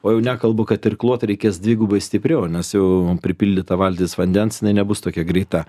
o jau nekalbu kad irkluot reikės dvigubai stipriau nes jau pripildyta valtis vandens jinai nebus tokia greita